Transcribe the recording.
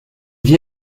vit